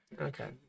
Okay